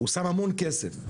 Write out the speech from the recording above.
הוא שם המון כסף,